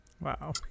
Wow